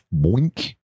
Boink